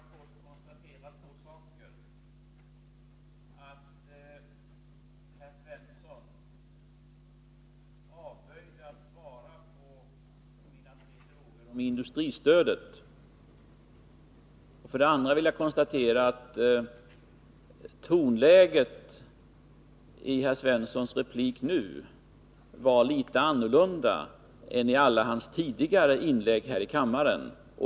Herr talman! Jag skall i korthet konstatera två saker: för det första att herr Svensson avböjde att svara på mina tre frågor om industristödet, för det andra att tonläget i herr Svenssons replik nu var ett annat än i alla hans tidigare inlägg här i kammaren.